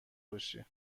باشی